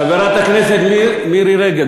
חברת הכנסת מירי רגב,